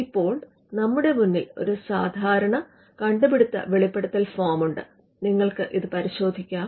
ഇപ്പോൾ നമ്മുടെ മുന്നിൽ ഒരു ഒരു സാധാരണ കണ്ടുപിടുത്ത വെളിപ്പെടുത്തൽ ഫോം ഉണ്ട് നിങ്ങൾക്ക് ഇത് പരിശോധിക്കാം